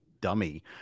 dummy